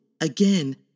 again